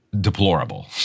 deplorable